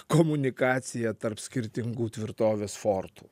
komunikacija tarp skirtingų tvirtovės fortų